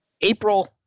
April